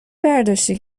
برداشتی